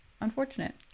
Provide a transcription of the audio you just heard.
unfortunate